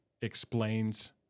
explains